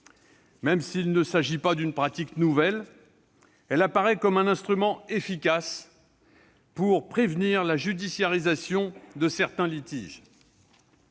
Même s'il ne s'agit pas d'une pratique nouvelle, elle apparaît comme un instrument efficace pour prévenir la judiciarisation de certains litiges.